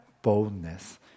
boldness